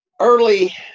early